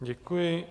Děkuji.